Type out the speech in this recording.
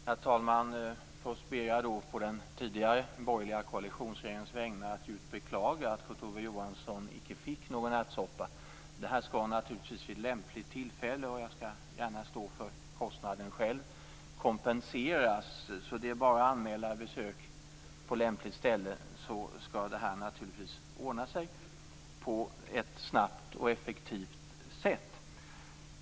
Herr talman! Först ber jag på den tidigare borgerliga koalitionsregeringens vägnar att få beklaga att Kurt Ove Johansson inte fick någon ärtsoppa. Detta skall naturligtvis vid lämpligt tillfälle kompenseras. Jag skall gärna stå för kostnaden själv. Det är bara för Kurt Ove Johansson att anmäla besök på lämpligt ställe så skall detta naturligtvis ordnas på ett snabbt och effektivt sätt.